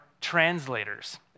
translators